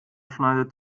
schneidet